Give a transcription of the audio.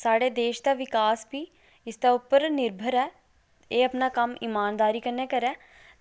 साढ़े देश दा विकास बी इसदे उप्पर निर्भर ऐ एह् अपना कम्म ईमानदारी कन्नै करै